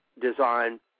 design